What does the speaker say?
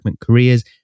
careers